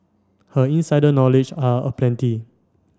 her insider knowledge are aplenty